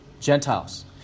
Gentiles